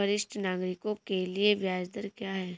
वरिष्ठ नागरिकों के लिए ब्याज दर क्या हैं?